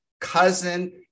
cousin